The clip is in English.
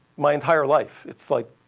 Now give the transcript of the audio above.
my entire life. it's like